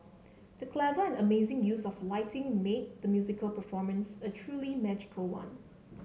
the clever and amazing use of lighting made the musical performance a truly magical one